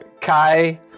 Kai